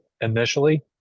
initially